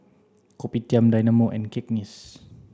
Kopitiam Dynamo and Cakenis